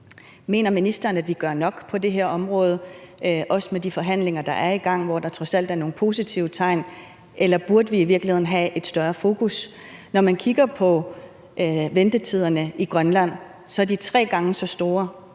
Mener ministeren, at vi gør nok på det her område, også med de forhandlinger, der er i gang, hvor der trods alt er nogle positive tegn, eller burde vi i virkeligheden have et større fokus? Når man kigger på ventetiderne i Grønland, så er de tre gange så lange